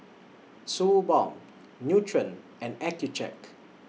Suu Balm Nutren and Accucheck